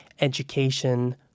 education